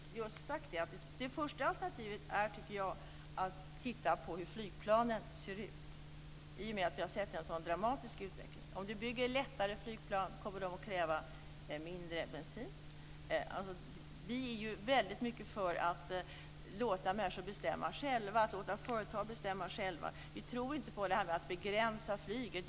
Fru talman! Jag har faktiskt just sagt det. Det första alternativet tycker jag är att titta på hur flygplanen ser ut, i och med att vi där har sett en sådan dramatisk utveckling. Om man bygger lättare flygplan kommer de att kräva mindre bensin. Vi är ju väldigt mycket för att låta människor och företag bestämma själva. Vi tror inte på det här med att begränsa flyget.